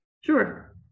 Sure